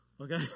Okay